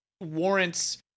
warrants